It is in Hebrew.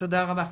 תודה רבה,